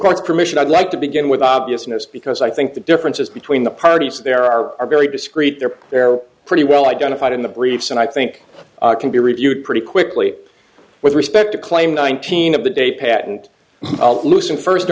court's permission i'd like to begin with obviousness because i think the differences between the parties there are very discrete there they're pretty well identified in the briefs and i think can be reviewed pretty quickly with respect to claim nineteen of the day patent loosen first